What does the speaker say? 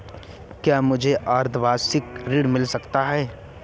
क्या मुझे अर्धवार्षिक ऋण मिल सकता है?